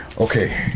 Okay